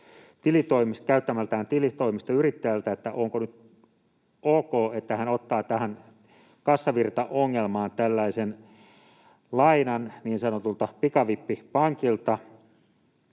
käyttämältään tilitoimistoyrittäjältä, että onko nyt ok, että hän ottaa tähän kassavirtaongelmaan tällaisen lainan niin sanotulta pikavippipankilta,